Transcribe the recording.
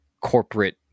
corporate